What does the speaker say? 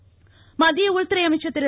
ராஜ்நாத்சிங் மத்திய உள்துறை அமைச்சர் திரு